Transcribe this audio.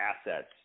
assets